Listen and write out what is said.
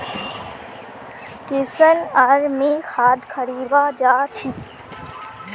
किशन आर मी खाद खरीवा जा छी